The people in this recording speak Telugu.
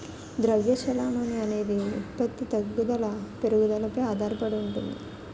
ద్రవ్య చెలామణి అనేది ఉత్పత్తి తగ్గుదల పెరుగుదలపై ఆధారడి ఉంటుంది